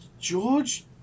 George